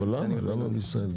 אבל למה, למה בישראל?